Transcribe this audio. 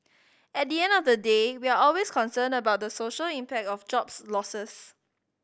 at the end of the day we're always concerned about the social impact of jobs losses